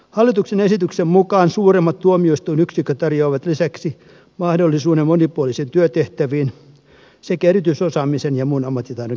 hallituksen esityksen mukaan suurimmat tuomioistuinyksiköt tarjoavat lisäksi mahdollisuuden monipuolisiin työtehtäviin sekä erityisosaamisen ja muun ammattitaidon kehittämiseen